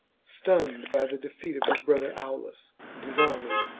stunned by the defeat of his brother aulus and his army,